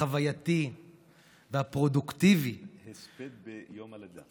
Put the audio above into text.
החווייתי והפרודוקטיבי, הספד ביום הלידה.